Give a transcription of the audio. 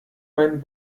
meinen